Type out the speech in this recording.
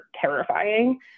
terrifying